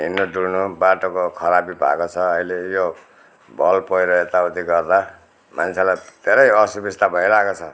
हिँड्नु डुल्नु बाटोको खराबी भएको छ अहिले यो भल पह्रो यताउति गर्दा मान्छेलाई धेरै असुविस्ता भइरहेकोछ